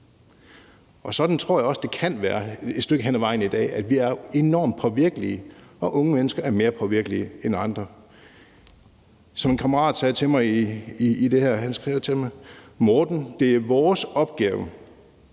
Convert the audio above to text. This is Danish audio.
hen ad vejen i dag, altså at vi er enormt påvirkelige, og unge menneske er mere påvirkelige end andre. Som en kammerat sagde til mig, da han skrev til mig: Morten, det er vores opgave